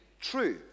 true